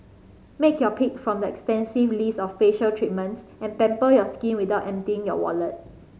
make your pick from their extensive list of facial treatments and pamper your skin without emptying your wallet